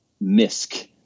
misc